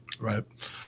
right